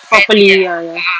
properly ah ya